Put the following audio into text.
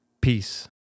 Peace